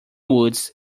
woods